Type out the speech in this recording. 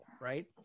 right